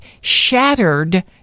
shattered